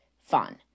fun